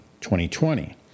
2020